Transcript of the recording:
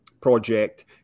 project